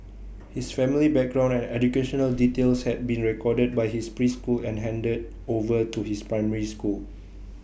his family background and educational details had been recorded by his preschool and handed over to his primary school